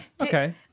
okay